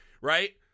right